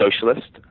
socialist